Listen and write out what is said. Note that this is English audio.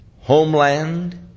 homeland